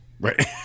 Right